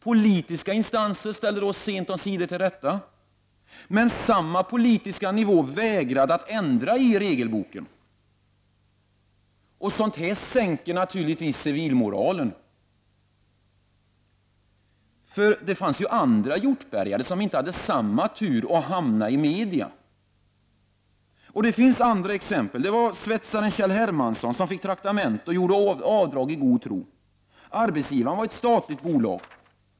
Politiska instanser ställde sent om sider till rätta. Men samma politiska nivå vägrade att ändra i regelboken. Sådant sänker civilmoralen, för det finns andra Hjortbergare som inte hade samma tur att hamna i media. Det finns andra exempel. Ett exempel är svetsaren Kjell Hermansson, som fick traktamente och gjorde avdrag i god tro. Arbetsgivaren var ett statligt bolag.